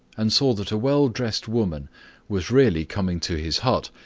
and saw that a well-dressed woman was really coming to his hut,